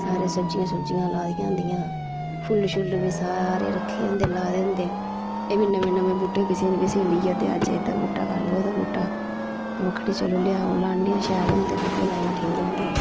सारे सब्जियां सुब्जियां लाई दियां होंदियां फुल्ल छुल्ल बी सारे रक्खे दे होंदे लाए दे होंदे एह् बी नमें नमें बूहटे किसे किसे न लेई आंदे होंदे अज्ज एह्दा कल ओह्दा बूह्टा आ'ऊं आखनी चलो लेआओ लान्ने आं शैल होंदे बूह्टे लाना ठीक रौंह्दे